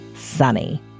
SUNNY